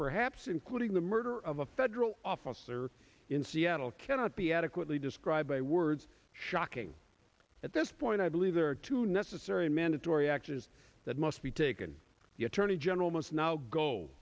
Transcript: perhaps sin quoting the murder of a federal officer in seattle cannot be adequately described by words shocking at this point i believe there are two necessary mandatory axes that must be taken the attorney general must now go